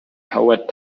howard